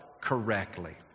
correctly